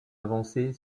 avancée